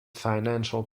financial